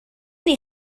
mynd